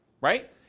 right